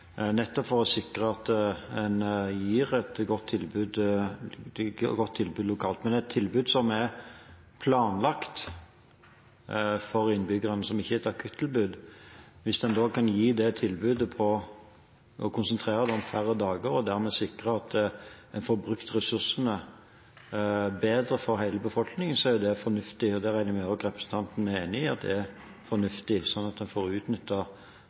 nettopp for å sikre et godt tilbud lokalt. Men hvis en kan konsentrere et tilbud som er planlagt for innbyggerne, og som ikke er et akuttilbud, om færre dager, og dermed sikre at en får brukt ressursene bedre for hele befolkningen, er det fornuftig. Det regner jeg med at representanten er enig i at er fornuftig, sånn at en får